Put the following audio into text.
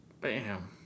Bam